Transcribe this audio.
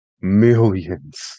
Millions